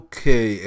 Okay